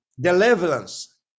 deliverance